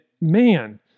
man